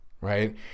right